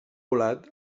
volat